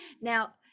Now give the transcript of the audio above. Now